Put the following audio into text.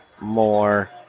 more